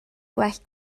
gwell